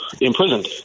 imprisoned